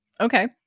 Okay